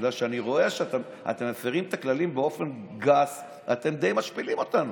בגלל שאני רואה שאתם מפירים את הכללים באופן גס ואתם די משפילים אותנו.